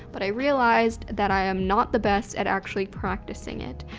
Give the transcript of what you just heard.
but i realized that i am not the best at actually practicing it.